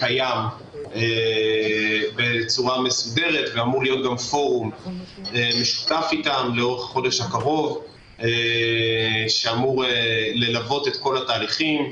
אמור להיות פורום משותף לאורך החודש הקרוב שאמור ללוות את כל התהליכים,